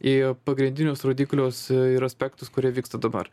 į pagrindinius rodiklius ir aspektus kurie vyksta dabar